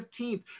15th